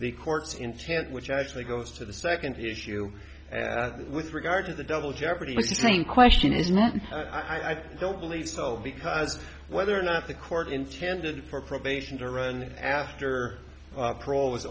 the court's intent which actually goes to the second issue with regard to the double jeopardy same question is not i don't believe so because whether or not the court intended for probation to run after parole